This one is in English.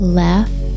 left